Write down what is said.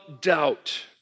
doubt